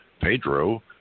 Pedro